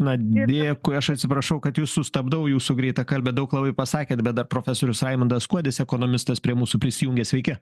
na dėkui aš atsiprašau kad jus sustabdau jūsų greitakalbė daug labai pasakėt bet dar profesorius raimundas kuodis ekonomistas prie mūsų prisijungė sveiki